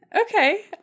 Okay